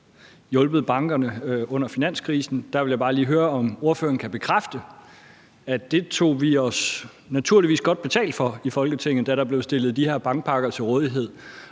hjulpet bankerne under finanskrisen. Der vil jeg bare lige høre, om ordføreren kan bekræfte, at det tog vi os naturligvis godt betalt for i Folketinget, da der blev stillet de her bankpakker til rådighed,